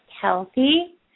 healthy